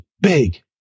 big